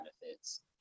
benefits